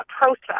process